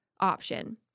option